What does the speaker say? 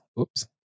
oops